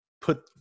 put